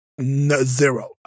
zero